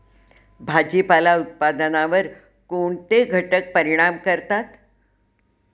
भाजीपाला उत्पादनावर कोणते घटक परिणाम करतात?